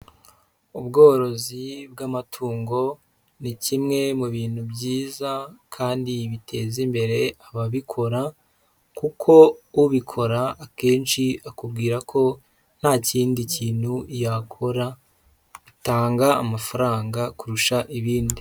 Ubworozi bw'amatungo ni kimwe mu bintu byiza kandi biteza imbere ababikora, kuko ubikora akenshi akubwira ko nta kindi kintu yakora, bitanga amafaranga kurusha ibindi.